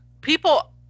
people